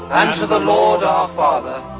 and to the lord our father,